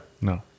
No